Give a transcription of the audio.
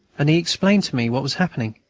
and he explained to me what was happening.